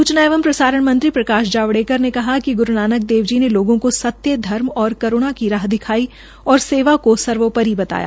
सूचना एवं प्रसारण मंत्री प्रकाश जावड़ेकर ने कहा कि ग्रू नानक देव जी ने लोगों को सत्य धर्म और करूणा की राह दिखाई और सेवा को सर्वोपरि बताया